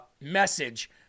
message